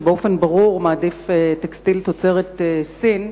שבאופן ברור מעדיף טקסטיל תוצרת סין.